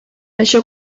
això